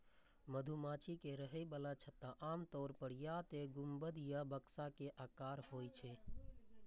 मधुमाछी के रहै बला छत्ता आमतौर पर या तें गुंबद या बक्सा के आकारक होइ छै